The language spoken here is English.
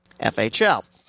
FHL